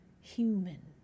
human